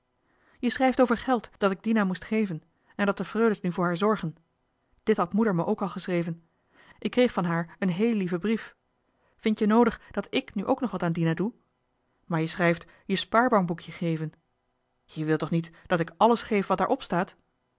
je schrijft over geld dat ik dina moest geven eu dat de freules nu voor haar zorgen dit had moeder me ook al geschreven ik kreeg van haar een heel lieven brief vindt je noodig dat ik nu ook nog wat aan dina doe maar je schrijft je spaarbankboekje geven je wilt toch niet dat ik alles geef wat daar op staat